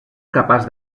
capaç